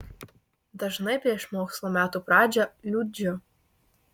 dažnai prieš mokslo metų pradžią liūdžiu